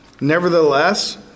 Nevertheless